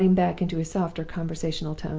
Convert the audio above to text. gliding back into his softer conversational tones.